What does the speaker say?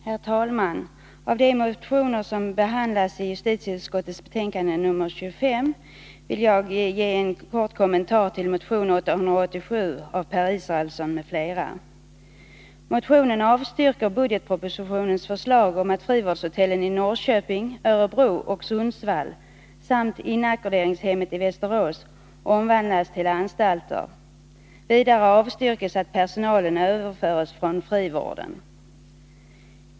Herr talman! Av de motioner som behandlas i justitieutskottets betänkande 25 skall jag ge en kort kommentar till motion 887 av Per Israelsson m.fl. I motionen avstyrks förslaget i budgetpropositionen om att frivårdshotellen i Norrköping, Örebro och Sundsvall samt inackorderingshemmet i Västerås omvandlas till anstalter. Vidare avstyrks förslaget att personalen överförs från frivården.